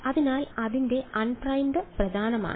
അതിനാൽ അതിന്റെ unprimed പ്രധാനമാണ്